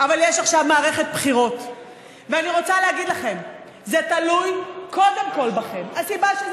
אבל יש עכשיו מערכת בחירות ואני רוצה להגיד לכם: זה תלוי קודם כול בכם.